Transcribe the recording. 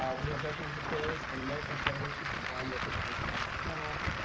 um we have veterans affairs and american federation of the blind representation on this panel.